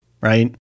right